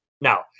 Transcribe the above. Now